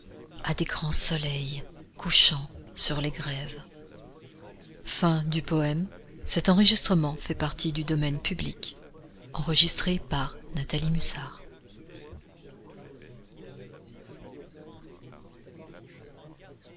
a des grands soleils couchants sur les grèves